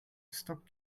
stop